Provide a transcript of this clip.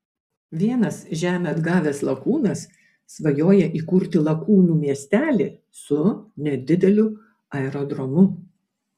vienas žemę atgavęs lakūnas svajoja įkurti lakūnų miestelį su nedideliu aerodromu